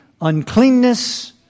uncleanness